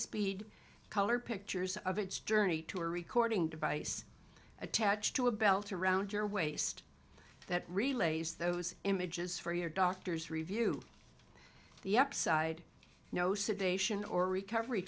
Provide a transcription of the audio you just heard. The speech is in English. speed color pictures of its journey to a recording device attached to a belt around your waist that relays those images for your doctors review the up side no sedation or recovery